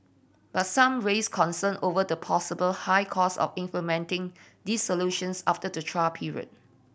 but some raised concern over the possible high cost of implementing these solutions after the trial period